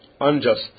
unjust